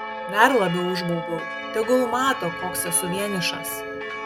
dar labiau užbaubiau tegul mato koks esu vienišas